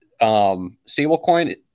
stablecoin